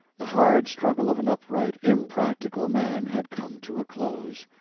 the hard struggle of an upright, impractical man had come to a close.